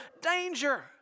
danger